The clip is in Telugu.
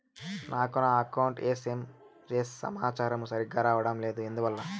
నాకు నా అకౌంట్ ఎస్.ఎం.ఎస్ సమాచారము సరిగ్గా రావడం లేదు ఎందువల్ల?